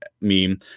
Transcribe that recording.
meme